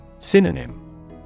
Synonym